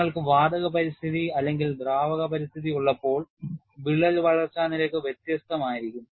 നിങ്ങൾക്ക് വാതക പരിസ്ഥിതി അല്ലെങ്കിൽ ദ്രാവക പരിസ്ഥിതി ഉള്ളപ്പോൾ വിള്ളൽ വളർച്ചാ നിരക്ക് വ്യത്യസ്തമായിരിക്കും